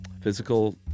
physical